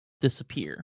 disappear